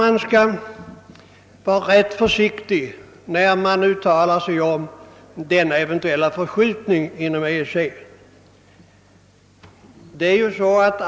Man bör emellertid vara försiktig med att uttala sig om denna eventuella förskjutning inom EEC.